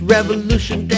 Revolution